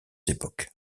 époques